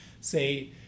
say